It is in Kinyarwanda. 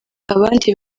abandi